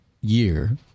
year